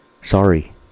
sorry